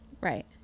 Right